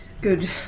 Good